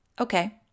Okay